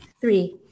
Three